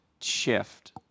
shift